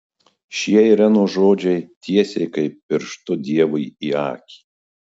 šie irenos žodžiai tiesiai kaip pirštu dievui į akį